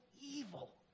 evil